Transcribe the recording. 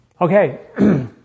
Okay